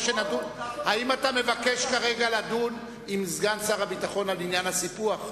האם אתה מבקש כרגע לדון עם סגן שר הביטחון על עניין הסיפוח?